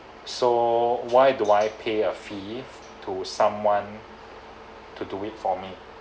so why do I pay a fee to someone to do it for me